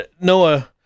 Noah